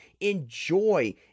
enjoy